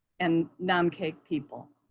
and naumkeag people.